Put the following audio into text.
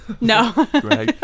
No